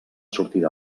sortida